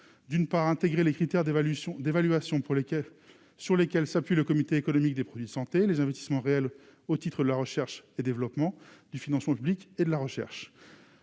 d'évaluation pour les caisses sur lesquels s'appuie le comité économique des produits de santé, les investissements réels au titre de la recherche et développement du financement public et de la recherche,